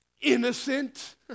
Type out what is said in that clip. innocent